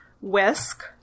Whisk